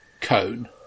cone